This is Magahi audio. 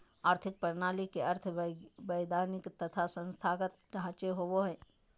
आर्थिक प्रणाली के अर्थ वैधानिक तथा संस्थागत ढांचे होवो हइ